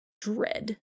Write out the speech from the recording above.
dread